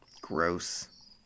Gross